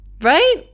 right